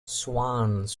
swans